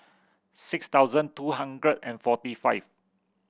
six thousand two hundred and forty five